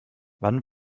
wann